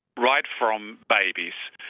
right from babies,